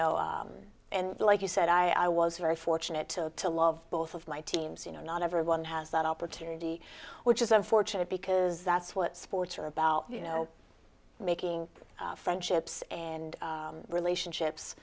know and like you said i was very fortunate to to love both of my teams you know not everyone has that opportunity which is unfortunate because that's what sports are about you know making friendships and relationships